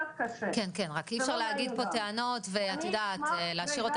רק שלא אתן להשאיר טענות באוויר.